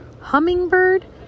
hummingbird